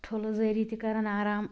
ٹھُلہِ ذریعہِ تہِ کران آرام